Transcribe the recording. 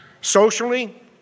Socially